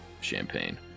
champagne